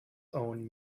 own